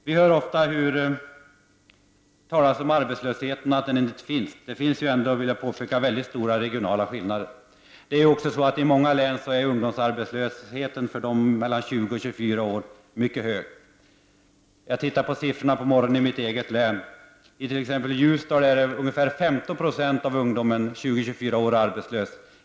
Vi har ofta hört att arbetslöshet inte finns. Det finns ändå, vill jag påstå, väldigt stora regionala skillnader. I många län är ungdomsarbets lösheten för dem mellan 20 och 24 år mycket hög. Jag tittade i dag på morgonen på siffrorna för mitt eget län. I t.ex. Ljusdal är ungefär 15 20 av ungdomar mellan 20 och 24 år arbetslösa.